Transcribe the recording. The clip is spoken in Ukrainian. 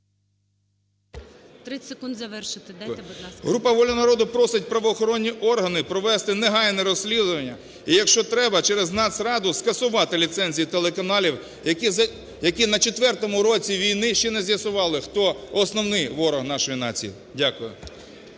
Група "Воля народу" просить правоохоронні органи провести негайно розслідування і, якщо треба, через Нацраду скасувати ліцензії телеканалів, які на четвертому році війни ще не з'ясували, хто основний ворог нашої нації. Дякую.